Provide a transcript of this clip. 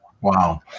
Wow